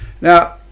Now